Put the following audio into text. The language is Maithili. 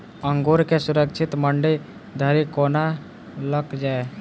अंगूर केँ सुरक्षित मंडी धरि कोना लकऽ जाय?